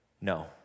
No